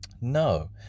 No